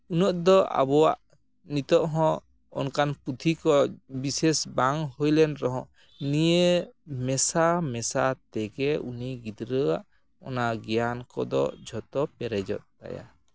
ᱩᱱᱟᱹᱜ ᱫᱚ ᱟᱵᱚᱣᱟᱜ ᱱᱤᱛᱚᱜ ᱦᱚᱸ ᱚᱱᱠᱟᱱ ᱯᱩᱛᱷᱤ ᱠᱚ ᱵᱤᱥᱮᱥ ᱵᱟᱝ ᱦᱩᱭ ᱞᱮᱱ ᱨᱮᱦᱚᱸ ᱱᱤᱭᱟᱹ ᱢᱮᱥᱟ ᱢᱮᱥᱟ ᱛᱮᱜᱮ ᱩᱱᱤ ᱜᱤᱫᱽᱨᱟᱹᱣᱟᱜ ᱚᱱᱟ ᱜᱮᱭᱟᱱ ᱠᱚᱫᱚ ᱡᱷᱚᱛᱚ ᱯᱮᱨᱮᱡᱚᱜ ᱛᱟᱭᱟ